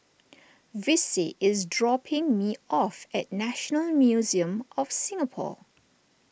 Vicie is dropping me off at National Museum of Singapore